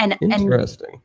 Interesting